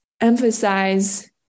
emphasize